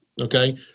Okay